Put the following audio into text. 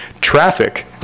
Traffic